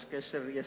יש קשר ישיר